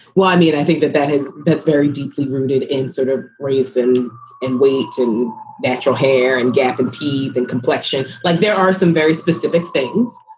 well, i mean, i think that that is that's very deeply rooted in sort of reason and weight to natural hair and gap and teeth and complexion. like there are some very specific things.